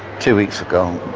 two weeks ago,